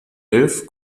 elf